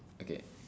okay